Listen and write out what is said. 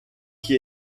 qui